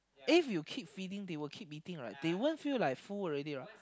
if you keep feeding they will keep eating right they won't feel like full already right